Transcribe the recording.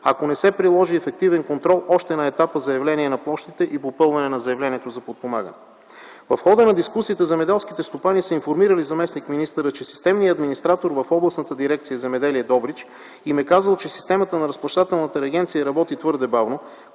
ако не се приложи ефективен контрол още на етапа заявление на площите и попълване на заявлението за подпомагане. В хода на дискусията земеделските стопани са информирали заместник-министъра, че системният администратор в Областната дирекция „Земеделие” – Добрич им е казал, че системата на Разплащателната агенция работи твърде бавно,